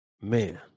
Man